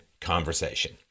conversation